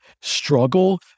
struggle